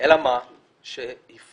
אלא מה, שהפנימו,